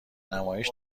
نمایش